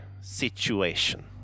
situation